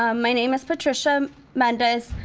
um my name is patricia mendez,